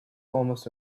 almost